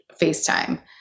Facetime